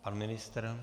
Pan ministr?